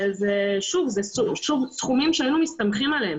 שוב, אלה סכומים שהיינו מסתמכים עליהם.